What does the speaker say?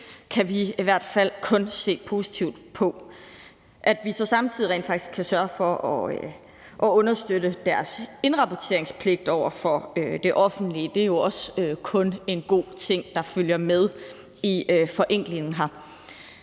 dem, kan vi i hvert fald kun se positivt på. At vi så samtidig rent faktisk kan sørge for at understøtte deres indrapporteringspligt over for det offentlige, er jo også kun en god ting, der følger med i forenklingen.